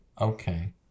okay